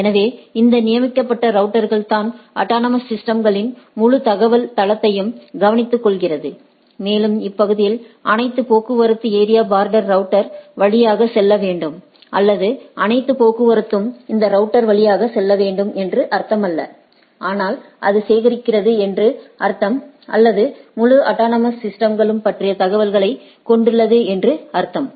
எனவே அந்த நியமிக்கப்பட்ட ரவுட்டர்கள் தான் அட்டானமஸ் சிஸ்டம்ஸ்களின் முழு தகவல் தளத்தையும் கவனித்துக்கொள்கிறது மேலும் இப்பகுதியின் அனைத்து போக்குவரத்து ஏரியா பார்டர் ரௌட்டர் வழியாக செல்ல வேண்டும் அல்லது அனைத்து போக்குவரத்தும் அந்த ரவுட்டர் வழியாக செல்ல வேண்டும் என்று அர்த்தமல்ல ஆனால்அது சேகரிக்கிறது என்று அர்த்தம் அல்லது முழு அட்டானமஸ் சிஸ்டம்ஸ்கள் பற்றிய தகவல்களைக் கொண்டுள்ளது என்று அர்த்தம்